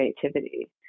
creativity